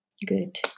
Good